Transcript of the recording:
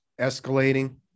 escalating